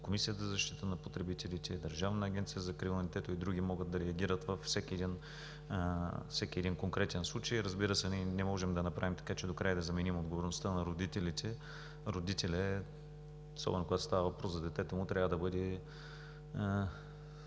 Комисията за защита на потребителите, Държавната агенция за закрила на детето и други могат да реагират във всеки един конкретен случай. Разбира се, ние не можем да направим така, че докрай да заменим отговорността на родителите. Родителят, особено когато става въпрос за детето му, трябва да бъде